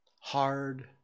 hard